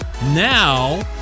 Now